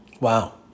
Wow